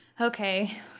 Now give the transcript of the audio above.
Okay